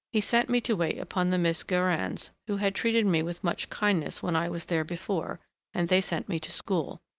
he sent me to wait upon the miss guerins, who had treated me with much kindness when i was there before and they sent me to school.